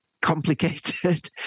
complicated